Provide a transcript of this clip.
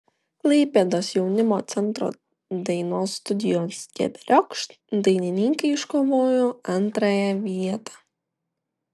klaipėdos jaunimo centro dainos studijos keberiokšt dainininkai iškovojo antrąją vietą